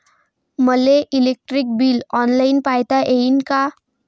मले electric bill online पायता येईन का?